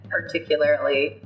particularly